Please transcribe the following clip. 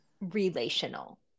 relational